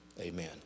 amen